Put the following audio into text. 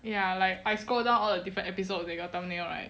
ya like I scroll down all the different episodes they got thumbnail right